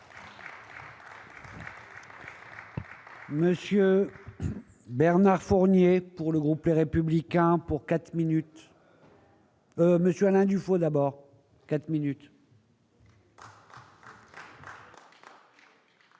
Monsieur Bernard Fournier pour le groupe, les républicains pour 4 minutes. Monsieur Alain Dufaut d'abord 4 minutes.